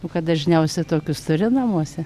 nu kad dažniausiai tokius turiu namuose